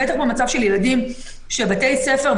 בטח במצב של ילדים בבתי ספר,